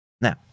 Now